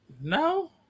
no